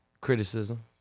criticism